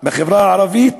בחברה הערבית